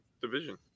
division